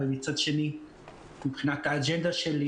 ומצד שני מבחינת האג'נדה שלי,